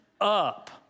up